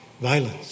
violence